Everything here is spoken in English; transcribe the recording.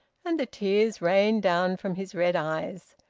and the tears rained down from his red eyes,